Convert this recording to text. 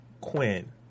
Quinn